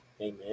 Amen